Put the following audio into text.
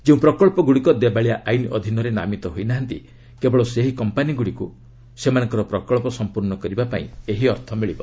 ଯେଉଁ ପ୍ରକଚ୍ଚଗୁଡ଼ିକ ଦେବାଳିଆ ଆଇନ ଅଧୀନରେ ନାମିତ ହୋଇ ନାହାନ୍ତି କେବଳ ସେହି କମ୍ପାନୀଗୁଡ଼ିକୁ ସେମାନଙ୍କର ପ୍ରକଳ୍ପ ସମ୍ପର୍ଣ୍ଣ କରିବାପାଇଁ ଏହି ଅର୍ଥ ମିଳିବ